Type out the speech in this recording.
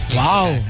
wow